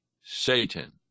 Satan